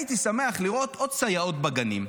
הייתי שמח לראות עוד סייעות בגנים.